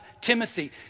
Timothy